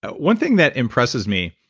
ah one thing that impresses me